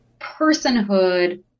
personhood